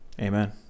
Amen